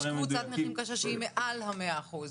יש קבוצת נכים קשה שהיא מעל ה-100 אחוזים.